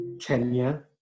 Kenya